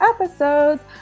episodes